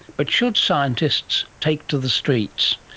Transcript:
but should scientists take to the streets?